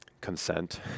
consent